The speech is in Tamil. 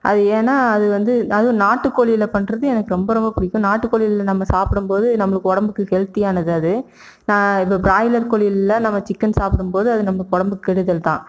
அது ஏன்னா அது வந்து அதுவும் நாட்டுக் கோழியில் பண்ணுறது எனக்கு ரொம்ப ரொம்ப பிடிக்கும் நாட்டு கோழியில் நம்ம சாப்பிடும் போது நம்மளுக்கு உடம்புக்கு ஹெல்த்தியானது அது இப்போ பிராய்லர் கோழிலலாம் நம்ம சிக்கன் சாப்பிடும்போது அது நமக்கு உடம்புக்கு கெடுதல் தான்